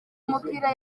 umupira